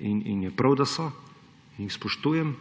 in je prav, da so, in jih spoštujem,